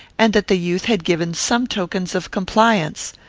and that the youth had given some tokens of compliance.